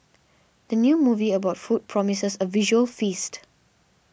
the new movie about food promises a visual feast